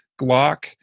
Glock